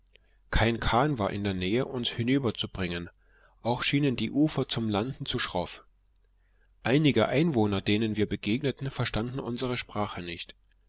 kein kahn war in der nähe uns hinüberzubringen auch schienen die ufer zum landen zu schroff einige einwohner denen wir begegneten verstanden unsere sprache nicht